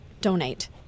Donate